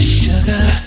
sugar